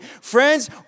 Friends